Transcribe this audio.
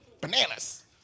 Bananas